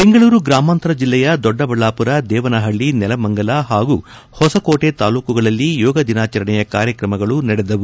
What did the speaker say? ಬೆಂಗಳೂರು ಗ್ರಾಮಾಂತರ ಜಿಲ್ಲೆಯ ದೊಡ್ಡ ಬಳ್ಳಾಮರ ದೇವನಹಳ್ಳಿ ನೆಲಮಂಗಲ ಹಾಗೂ ಹೊಸಕೋಟೆ ತಾಲೂಕುಗಳಲ್ಲಿ ಯೋಗ ದಿನಾಚರಣೆಯ ಕಾರ್ಯಕ್ರಮಗಳು ನಡೆದವು